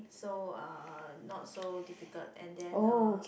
so uh not so difficult and then uh